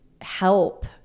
help